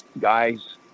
guys